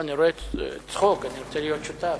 אני רואה צחוק, ואני רוצה להיות שותף.